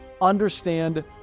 understand